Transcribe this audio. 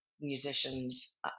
Musicians